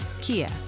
Kia